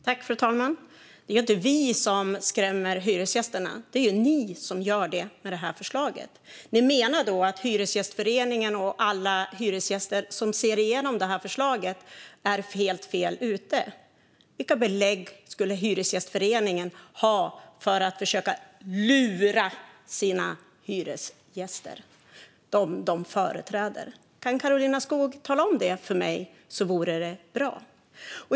Fru talman! Det är ju inte vi som skrämmer hyresgästerna; det är ni som gör det med det här förslaget. Menar ni att Hyresgästföreningen och alla hyresgäster som ser igenom förslaget är helt fel ute? Vilka belägg skulle Hyresgästföreningen ha för att försöka lura sina hyresgäster, dem de företräder? Kan Karolina Skog tala om det för mig vore det bra.